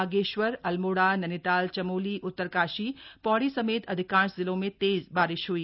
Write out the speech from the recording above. बागेश्वर अल्मोड़ा नैनीताल चमोली उत्तरकाशी पौड़ी समेत अधिकांश जिलों में तेज बारिश हुई